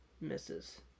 misses